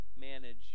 manage